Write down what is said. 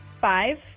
Five